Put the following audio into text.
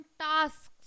tasks